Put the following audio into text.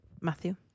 Matthew